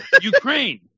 Ukraine